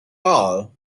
all